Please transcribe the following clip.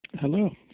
Hello